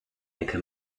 яке